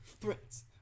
Threats